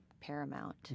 paramount